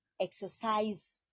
exercise